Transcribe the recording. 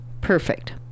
Perfect